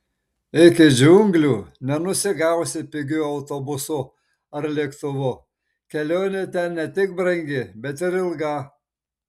iki džiunglių nenusigausi pigiu autobusu ar lėktuvu kelionė ten ne tik brangi bet ir ilga